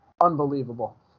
Unbelievable